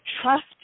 trust